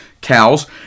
cows